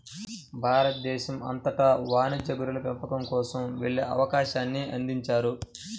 భారతదేశం అంతటా వాణిజ్య గొర్రెల పెంపకం కోసం వెళ్ళే అవకాశాన్ని అందించారు